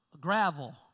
gravel